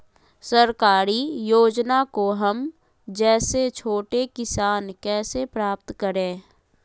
सरकारी योजना को हम जैसे छोटे किसान कैसे प्राप्त करें?